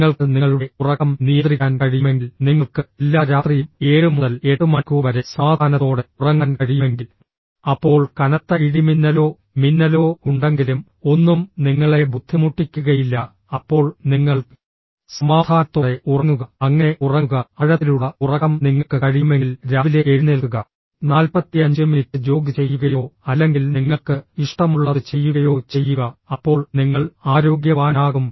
നിങ്ങൾക്ക് നിങ്ങളുടെ ഉറക്കം നിയന്ത്രിക്കാൻ കഴിയുമെങ്കിൽ നിങ്ങൾക്ക് എല്ലാ രാത്രിയും 7 മുതൽ 8 മണിക്കൂർ വരെ സമാധാനത്തോടെ ഉറങ്ങാൻ കഴിയുമെങ്കിൽ അപ്പോൾ കനത്ത ഇടിമിന്നലോ മിന്നലോ ഉണ്ടെങ്കിലും ഒന്നും നിങ്ങളെ ബുദ്ധിമുട്ടിക്കുകയില്ല അപ്പോൾ നിങ്ങൾ സമാധാനത്തോടെ ഉറങ്ങുക അങ്ങനെ ഉറങ്ങുക ആഴത്തിലുള്ള ഉറക്കം നിങ്ങൾക്ക് കഴിയുമെങ്കിൽ രാവിലെ എഴുന്നേൽക്കുക 45 മിനിറ്റ് ജോഗ് ചെയ്യുകയോ അല്ലെങ്കിൽ നിങ്ങൾക്ക് ഇഷ്ടമുള്ളത് ചെയ്യുകയോ ചെയ്യുക അപ്പോൾ നിങ്ങൾ ആരോഗ്യവാനാകും